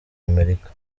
amerika